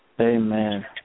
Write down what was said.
Amen